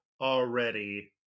already